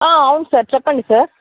అవును సార్ చెప్పండి సార్